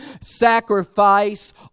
Sacrifice